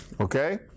Okay